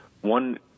one